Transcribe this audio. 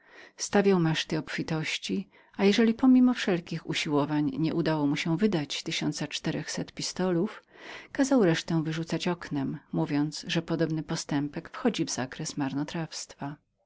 stawiał przed drzwiami maszty obfitości a jeżeli pomimo wszelkich usiłowań nie wydano tysiąca czterechset pistolów kazał resztę wyrzucać oknem mówiąc że podobny postępek wchodził w zakres marnotrawstwa